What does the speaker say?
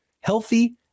healthy